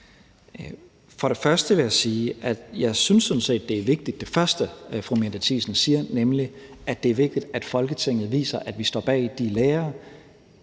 Først vil jeg sige, at jeg sådan set synes, at det første, fru Mette Thiesen siger, er vigtigt, nemlig at det er vigtigt, at Folketinget viser, at vi står bag de lærere,